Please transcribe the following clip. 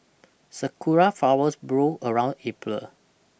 sakura flowers bloom around April